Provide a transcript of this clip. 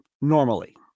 normally